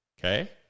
okay